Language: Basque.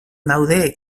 daude